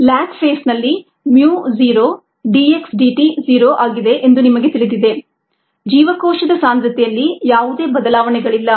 lag ಫೇಸ್ನಲ್ಲಿ mu 0 d x dt 0 ಆಗಿದೆ ಎಂದು ನಿಮಗೆ ತಿಳಿದಿದೆ ಜೀವಕೋಶದ ಸಾಂದ್ರತೆಯಲ್ಲಿ ಯಾವುದೇ ಬದಲಾವಣೆಗಳಿಲ್ಲ